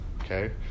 okay